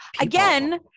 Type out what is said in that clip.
again